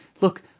look